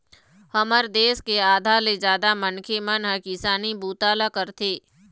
हमर देश के आधा ले जादा मनखे मन ह किसानी बूता ल करथे